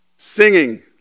singing